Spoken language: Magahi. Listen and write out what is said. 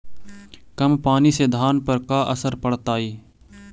कम पनी से धान पर का असर पड़तायी?